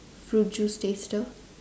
fruit juice taster